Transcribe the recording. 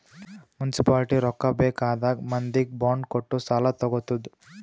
municipality ರೊಕ್ಕಾ ಬೇಕ್ ಆದಾಗ್ ಮಂದಿಗ್ ಬಾಂಡ್ ಕೊಟ್ಟು ಸಾಲಾ ತಗೊತ್ತುದ್